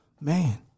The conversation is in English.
man